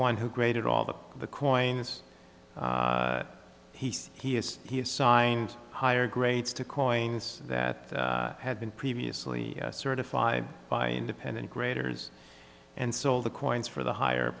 one who graded all the the coins he said he has he assigned higher grades to coins that had been previously certified by independent graders and sold the coins for the higher